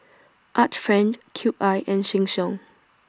Art Friend Cube I and Sheng Siong